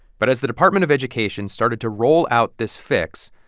but as the department of education started to roll out this fix,